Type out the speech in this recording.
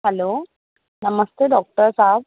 हलो नमस्ते डॉक्टर साहिबु